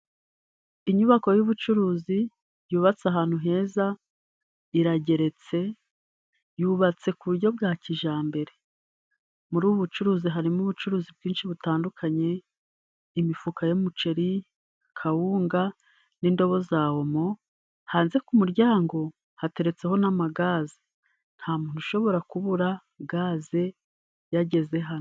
Inyubako y'ubucuruzi yubatse ahantu heza, irageretse, yubatse ku buryo bwa kijyambere, muri ubu bucuruzi, harimo ubucuruzi bwinshi butandukanye imifuka y'umuceri, kawunga n'indobo za OMO. Hanze ku muryango hateretseho n'amagaze, nta muntu ushobora kubura gaze yageze hano.